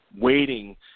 waiting